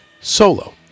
solo